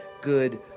good